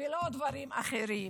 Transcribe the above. לא דברים אחרים.